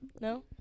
No